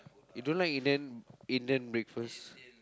you don't like Indian Indian breakfast